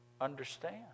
understand